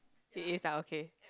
it is ah okay